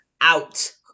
out